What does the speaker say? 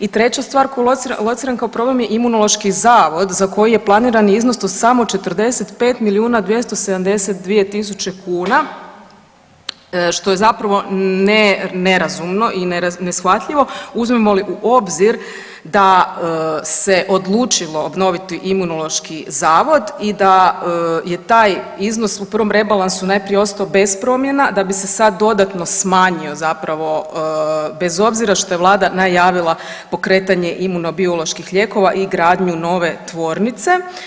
I treća stvar koju lociram kao problem je Imunološki zavod za koji je planiran iznos od samo 45 milijuna 272 tisuće kuna, što je zapravo nerazumno i neshvatljivo uzmemo li u obzir da se odlučilo obnoviti Imunološki zavod i da je taj iznos u prvom rebalansu najprije ostao bez promjena da bi se sad dodatno smanjio zapravo bez obzira što je vlada najavila pokretanje imunobioloških lijekova i gradnju nove tvornice.